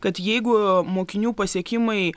kad jeigu mokinių pasiekimai